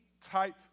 type